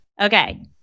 Okay